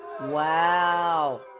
Wow